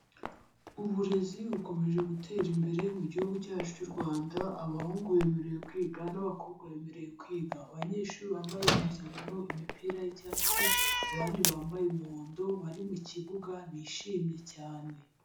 Uburezi bukomeje gutera imbere mu gihugu cyacu cy'u Rwanda, abahungu bemerewe kwiga n'abakobwa bemerewe kwiga. Abanyeshuri bambaye impuzankano, imipira y'icyatsi abandi bambaye umuhondo, bari mu kibuga bishimye cyane.